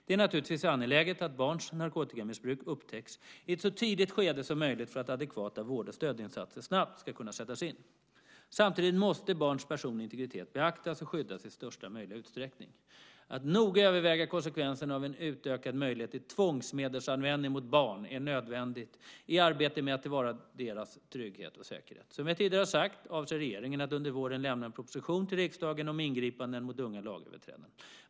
Det är naturligtvis angeläget att barns narkotikamissbruk upptäcks i ett så tidigt skede som möjligt för att adekvata vård och stödinsatser snabbt ska kunna sättas in. Samtidigt måste barns personliga integritet beaktas och skyddas i största möjliga utsträckning. Att noga överväga konsekvenserna av en utökad möjlighet till tvångsmedelsanvändning mot barn är nödvändigt i arbetet med att tillvarata deras trygghet och säkerhet. Som jag tidigare har sagt avser regeringen att under våren lämna en proposition till riksdagen om ingripanden mot unga lagöverträdare.